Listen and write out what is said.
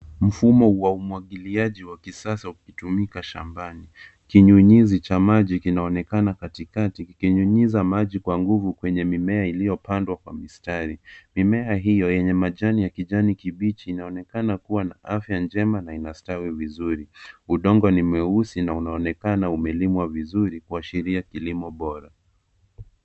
Mfumo wa umwagiliaji wa kisasa ukitumika shambani. Kinyunyizi cha maji kinaonekana katikati kikinyunyiza maji kwa nguvu, kwenye mimea iliyopandwa kwa mistari. Mimea hiyo yenye majani ya kijani kibichi, inaonekana kuwa na afya njema na inastawi vizuri. Udongo ni mweusi na unaonekana umelimwa vizuri, kuashiria kilimo bora.